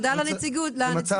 תודה לנציבות.